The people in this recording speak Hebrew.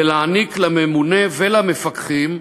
ולהעניק לממונה ולמפקחים,